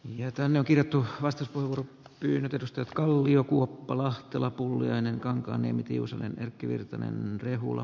jätän jälkiä tuhkasta kuin tyynytetusta kalliokuoppa lahtela pulliainen kankaanniemi tiusanen erkki virtanen rehula